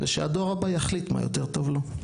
ושהדור הבא יחליט מה יותר טוב לו.